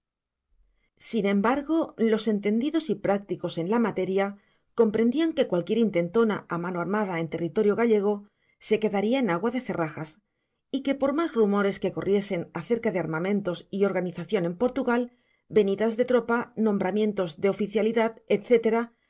sin embargo los entendidos y prácticos en la materia comprendían que cualquier intentona a mano armada en territorio gallego se quedaría en agua de cerrajas y que por más rumores que corriesen acerca de armamentos y organización en portugal venidas de tropa nombramientos de oficialidad